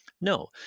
No